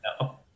No